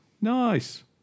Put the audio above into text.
Nice